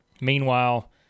Meanwhile